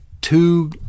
two